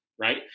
right